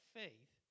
faith